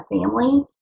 family